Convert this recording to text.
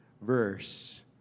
verse